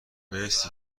مرسی